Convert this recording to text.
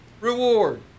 Reward